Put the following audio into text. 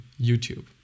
YouTube